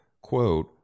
quote